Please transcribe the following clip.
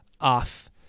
off